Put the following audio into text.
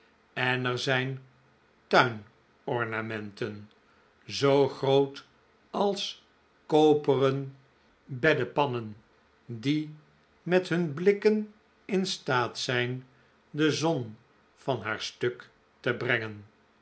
en er zijn tuin ornamenten zoo groot als koperen beddepannen die met hun blikken in staat zijn de zon van haar stuk te brengen